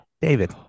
David